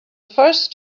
first